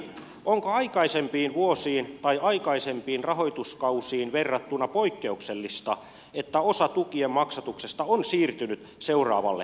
onko aikaisempiin vuosiin tai aikaisempiin rahoituskausiin verrattuna poikkeuksellista että osa tukien maksatuksesta on siirtynyt seuraavalle kalenterivuodelle